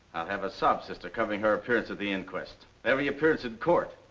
have a sob sister covering her appearance at the inquest. every appearance in court.